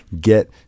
get